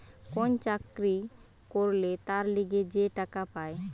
কোন চাকরি করলে তার লিগে যে টাকা পায়